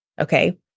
Okay